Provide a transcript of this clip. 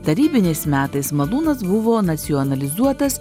tarybiniais metais malūnas buvo nacionalizuotas